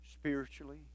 spiritually